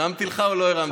הרמתי לך או לא הרמתי לך?